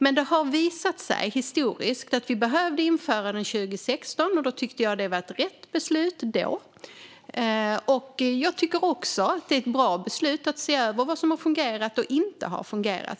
Men det har visat sig historiskt att vi behövde införa den 2016, och jag tyckte då att det var rätt beslut. Jag tycker också att det är ett bra beslut att framöver se över vad som har fungerat och inte fungerat.